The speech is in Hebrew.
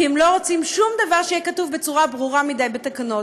כי הם לא רוצים שום דבר שיהיה כתוב בצורה ברורה מדי בתקנות.